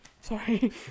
Sorry